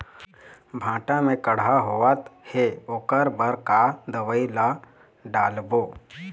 भांटा मे कड़हा होअत हे ओकर बर का दवई ला डालबो?